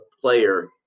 player